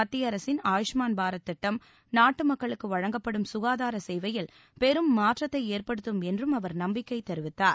மத்திய அரசின் ஆயுஷ்மான் பாரத் திட்டம் நாட்டு மக்களுக்கு வழங்கப்படும் சுகாதார சேவையில் பெரும் மாற்றத்தை ஏற்படுத்தும் என்றும் அவர் நம்பிக்கை தெரிவித்தார்